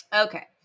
Okay